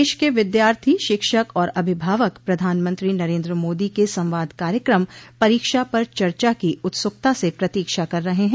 देश के विद्यार्थी शिक्षक और अभिभावक प्रधानमंत्री नरेन्द्र मोदी के संवाद कार्यक्रम परीक्षा पर चर्चा की उत्सुकता से प्रतीक्षा कर रहे हैं